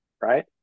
right